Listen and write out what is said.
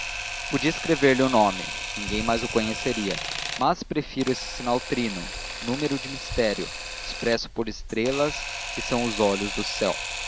o nome ninguém mais o conheceria mas prefiro esse sinal trino número de mistério expresso por estrelas que são os olhos do céu